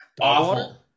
Awful